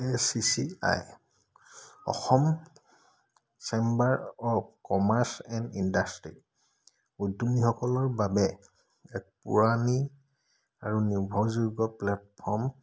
A C C I Assam chamber of commerce and industry উদ্যমীসকলৰ বাবে এক পৌৰাণি আৰু নিৰ্ভৰযোগ্য প্লেটফৰ্ম